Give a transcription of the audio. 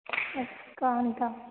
Kanta